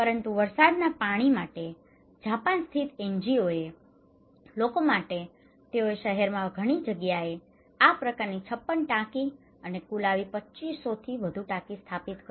પરંતુ વરસાદના પાણી માટે જાપાન સ્થિત એનજીઓએ લોકો માટે તેઓએ શહેરમાં ઘણી જગ્યાએ આ પ્રકારની 56 ટાંકી અને કુલ આવી 2500 થી વધુ ટાંકી સ્થાપિત કરી